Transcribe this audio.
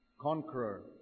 conqueror